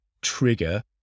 trigger